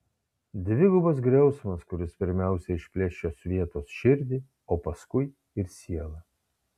dvigubas griausmas kuris pirmiausia išplėš šios vietos širdį o paskui ir sielą